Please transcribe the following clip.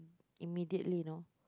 immediately you know